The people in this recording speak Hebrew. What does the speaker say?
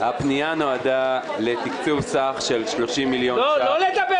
הפנייה נועדה לתקצוב סך של 30 מיליון